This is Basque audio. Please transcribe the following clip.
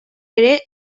ere